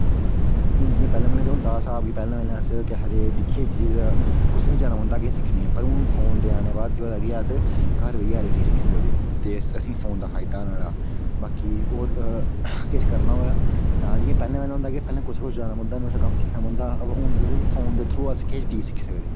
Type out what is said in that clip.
हुन जि'यां पैह्लैं पैह्लैं होंदा स्हाब कि पैह्लैं पैह्लैं अस केह् आखदे दिक्खियै चीज कुसै कश जाना पौंदा किश सिक्खने फोन दे आने बाद केह् होंदा कि अस घर बेहियै हर चीज़ सिक्खी सकदाे ते असें फोन दा फायदा असें बाकी होर किश करना होऐ ता जियां पैह्लैं पैह्लैं केह् होंदा कि पैह्लैं कुसै कोल जाना पौंदा नुआढ़े कशा कम्म सिक्खना पौंदा अवा हुन केह् होंदा कि फोन दे थ्रू अस किश बी सिक्खी सकदे